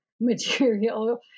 material